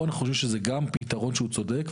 פה אנחנו חושבים שזה גם פתרון שהוא צודק,